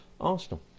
Arsenal